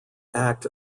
act